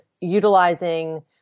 utilizing